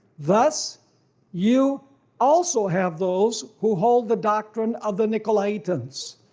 thus you also have those who hold the doctrine of the nicolaitans,